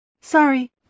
Sorry